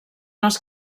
els